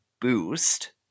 boost